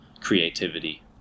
creativity